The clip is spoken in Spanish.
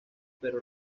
pero